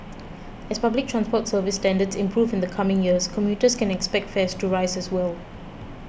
as public transport service standards improve in the coming years commuters can expect fares to rise as well